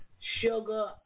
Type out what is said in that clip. Sugar